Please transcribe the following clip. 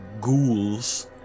ghouls